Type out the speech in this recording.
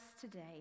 today